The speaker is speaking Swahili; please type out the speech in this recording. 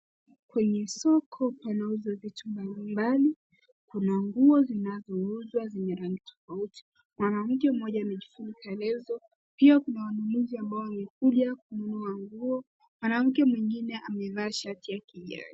Kwenye soko panauzwa vitu mbali mbali, kuna nguo zinazo uzwa zina rangi tofauti. Mwanamke mmoja amejifunika leso, pia kuna wanunuzi ambao wamekuja kununua nguo, mwanamke mwingine amevaa shati ya kijani.